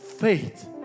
faith